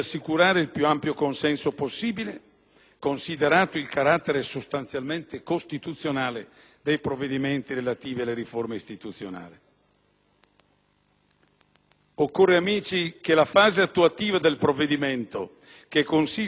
considerato il carattere sostanzialmente costituzionale dei provvedimenti relativi alle riforme istituzionali. Occorre, onorevoli colleghi, che la fase attuativa del provvedimento, che consiste nella stesura dei decreti legislativi,